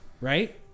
right